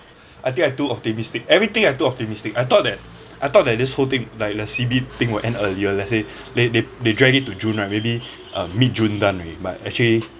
I think I too optimistic everything I'm too optimistic I thought that I thought that this whole thing like the C_B thing will end earlier let's say they they they drag it to june right maybe um mid june done already but actually